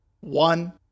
One